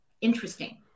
Interesting